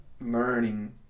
learning